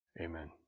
amen